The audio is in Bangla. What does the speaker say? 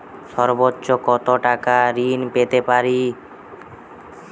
সর্বোচ্চ কত টাকা ঋণ পেতে পারি?